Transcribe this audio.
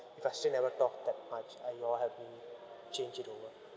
if I still never talk that much are you all help me change it over